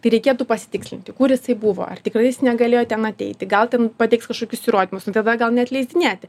tai reikėtų pasitikslinti kur jisai buvo ar tikrai jis negalėjo ten ateiti gal ten pateiks kažkokius įrodymus nu tada gal neatleidinėti